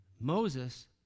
Moses